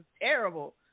terrible